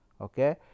Okay